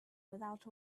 without